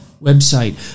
website